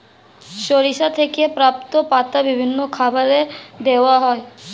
সরিষা থেকে প্রাপ্ত পাতা বিভিন্ন খাবারে দেওয়া হয়